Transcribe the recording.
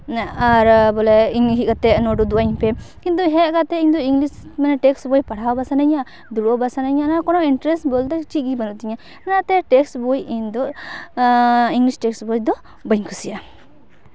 ᱟᱨ ᱵᱚᱞᱮ ᱤᱧ ᱦᱮᱡ ᱠᱟᱛᱮ ᱟᱨ ᱩᱫᱩᱜ ᱟᱹᱧ ᱯᱮ ᱠᱤᱱᱛᱩ ᱦᱮᱡ ᱠᱟᱛᱮᱜ ᱤᱧᱫᱚ ᱤᱝᱞᱤᱥ ᱢᱟᱱᱮ ᱴᱮᱥᱴ ᱵᱳᱭ ᱯᱟᱲᱦᱟᱣ ᱵᱟᱝ ᱥᱟᱱᱟᱧᱟ ᱫᱩᱲᱩᱵ ᱦᱚᱸ ᱵᱟᱝ ᱥᱟᱱᱟᱧ ᱠᱟᱱᱟ ᱠᱳᱱᱳ ᱤᱱᱴᱟᱨᱮᱥᱴ ᱵᱚᱞᱛᱮ ᱪᱮᱫᱜᱮ ᱵᱟᱹᱱᱩᱜ ᱛᱤᱧᱟ ᱚᱱᱟᱛᱮ ᱴᱮᱥᱴ ᱵᱳᱭ ᱤᱧ ᱫᱚ ᱤᱝᱞᱤᱥ ᱴᱮᱥᱴ ᱵᱳᱭ ᱫᱚ ᱵᱟᱹᱧ ᱠᱩᱥᱤᱭᱟᱜᱼᱟ